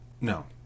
No